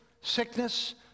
sickness